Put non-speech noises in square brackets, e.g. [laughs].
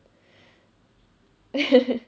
[laughs]